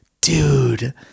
Dude